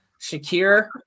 Shakir